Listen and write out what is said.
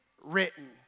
written